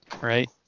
right